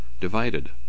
divided